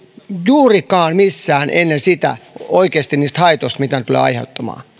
juurikaan missään oikeasti niistä haitoista mitä tämä tulee aiheuttamaan